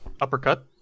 Uppercut